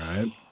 right